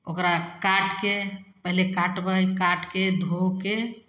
ओकरा काटिके पहिले काटबै काटिके धो के